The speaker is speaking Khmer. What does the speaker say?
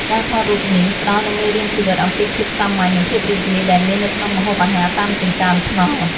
ការថតរូបនេះផ្ដល់នូវមេរៀនជីវិតអំពីភាពសាមញ្ញ និងភាពរីករាយដែលមាននៅក្នុងម្ហូបអាហារតាមចិញ្ចើមថ្នល់។